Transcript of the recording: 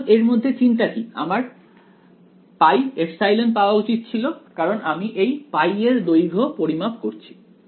সুতরাং এর মধ্যে চিন্তা কি আমার πε পাওয়া উচিত ছিলো কারণ আমি এই π এর দৈর্ঘ্য পরিমাপ করছি